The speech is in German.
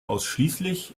ausschließlich